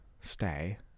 stay